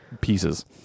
pieces